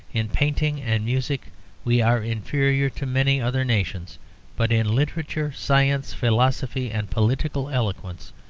in painting and music we are inferior to many other nations but in literature, science, philosophy, and political eloquence,